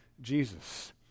Jesus